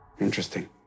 Interesting